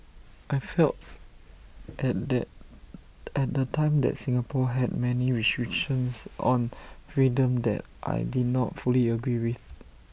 I felt at the at the time that Singapore had many restrictions on freedom that I did not fully agree with